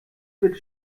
mit